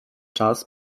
czas